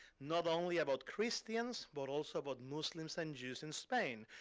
not only about christians, but also about muslims and jews in spain,